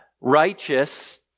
righteous